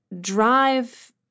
drive